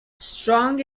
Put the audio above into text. strong